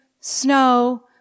snow